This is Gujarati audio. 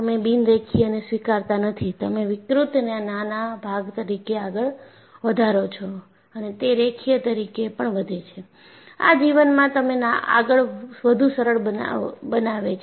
તમે બિન રેખીય ને સ્વીકારતા નથી તમે વિકૃતને નાના ભાગ તરીકે આગળ વધારો છો અને તે રેખીય તરીકે પણ વધે છે આ જીવનમાં તમને આગળ વધુ સરળ બનાવે છે